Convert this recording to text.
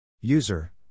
User